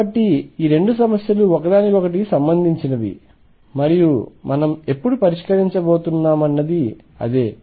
కాబట్టి ఈ రెండు సమస్యలు ఒకదానికొకటి సంబంధించినవి మరియు మనం ఇప్పుడు పరిష్కరించబోతున్నది అదే